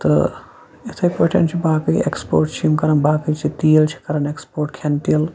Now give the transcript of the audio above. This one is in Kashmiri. تہٕ یِتھے پٲٹھۍ چھُ باقٕے ایکٕسپورٹ چھِ یِم کَران باقٕے چھِ تیٖل چھِ کَران ایٚکٕسپورٹ کھیٚنہٕ تیٖل